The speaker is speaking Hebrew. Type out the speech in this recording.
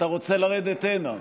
אתה רוצה לרדת הנה,